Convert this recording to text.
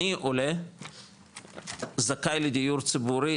אני עולה זכאי לדיור ציבורי,